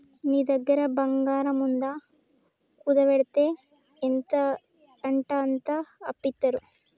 నీ దగ్గర బంగారముందా, కుదువవెడ్తే ఎంతంటంత అప్పిత్తరు